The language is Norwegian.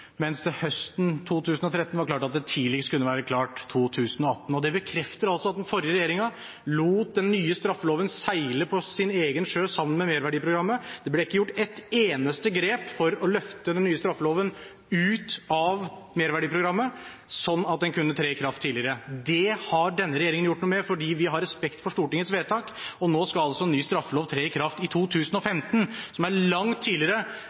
mens det høsten 2013 var klart at det tidligst kunne være klart i 2018. Det bekrefter at den forrige regjeringen lot den nye straffeloven seile sin egen sjø sammen med Merverdiprogrammet. Det ble ikke gjort et eneste grep for å løfte den nye straffeloven ut av Merverdiprogrammet, sånn at den kunne tre i kraft tidligere. Det har denne regjeringen gjort noe med fordi vi har respekt for Stortingets vedtak. Og nå skal altså ny straffelov tre i kraft i 2015, som er langt tidligere